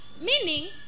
meaning